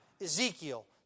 Ezekiel